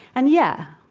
and yeah,